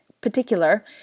particular